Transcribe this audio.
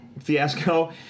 fiasco